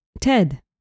Ted